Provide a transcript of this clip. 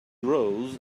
rose